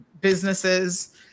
businesses